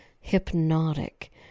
hypnotic